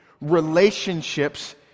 relationships